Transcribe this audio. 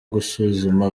gusuzuma